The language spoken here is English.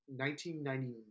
1999